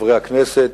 חברי הכנסת,